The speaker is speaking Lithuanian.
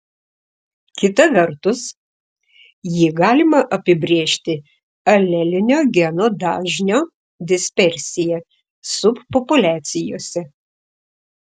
kita vertus jį galima apibrėžti alelinio geno dažnio dispersija subpopuliacijose